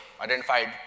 identified